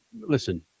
listen